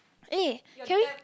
eh can we